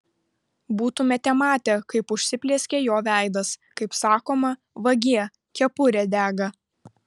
būtumėte matę kaip užsiplieskė jo veidas kaip sakoma vagie kepurė dega